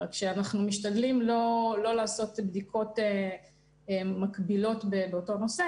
אנחנו משתדלים לא לעשות בדיקות מקבילות באותו נושא,